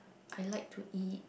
I like to eat